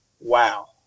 wow